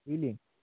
বুঝলি